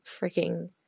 freaking